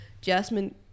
Jasmine